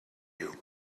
you